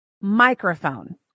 microphone